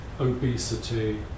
obesity